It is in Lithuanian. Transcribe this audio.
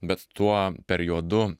bet tuo periodu